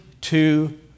two